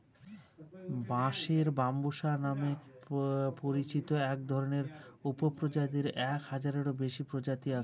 বাঁশের ব্যম্বুসা নামে পরিচিত একধরনের উপপ্রজাতির এক হাজারেরও বেশি প্রজাতি আছে